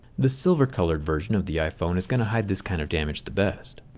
the silver colored version of the iphone is going to hide this kind of damage the best.